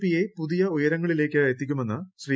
പിയെ പുതിയ ഉയരങ്ങളിലേയ്ക്ക് എത്തിക്കുമെന്ന് ശ്രീ